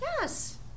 Yes